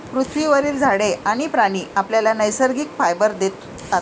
पृथ्वीवरील झाडे आणि प्राणी आपल्याला नैसर्गिक फायबर देतात